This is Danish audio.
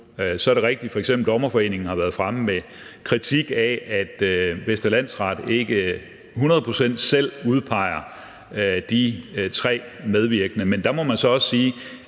er det rigtigt, at f.eks. Dommerforeningen har været fremme med kritik af, at Vestre Landsret ikke hundrede procent selv udpeger de tre medvirkende. Men der må man så også sige,